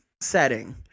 setting